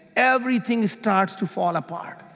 everything starts to fall apart.